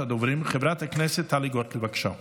חברת הכנסת טלי גוטליב, בבקשה.